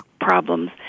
problems